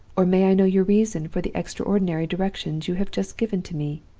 or may i know your reason for the extraordinary directions you have just given to me